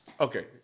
Okay